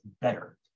better